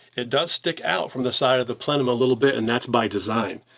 it does stick out from the side of the plenum a little bit, and that's by design.